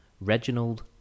Reginald